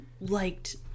liked